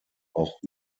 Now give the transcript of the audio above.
auch